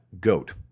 Goat